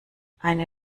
eine